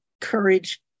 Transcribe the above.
courage